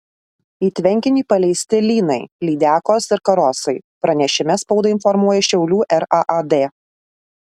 į tvenkinį paleisti lynai lydekos ir karosai pranešime spaudai informuoja šiaulių raad